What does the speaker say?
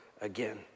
again